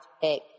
pick